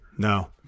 No